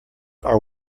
are